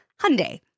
Hyundai